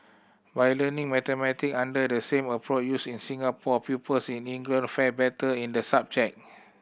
by learning mathematics under the same approach used in Singapore pupils in England fared better in the subject